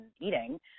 eating